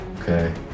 Okay